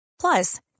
Plus